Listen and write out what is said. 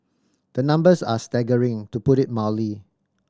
the numbers are staggering to put it mildly